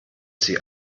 sie